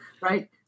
right